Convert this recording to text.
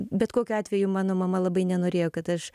bet kokiu atveju mano mama labai nenorėjo kad aš